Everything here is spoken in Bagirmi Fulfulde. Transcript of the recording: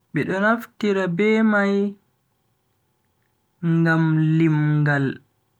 Be do naftira be mai ngam limngal.